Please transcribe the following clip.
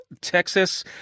Texas